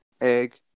egg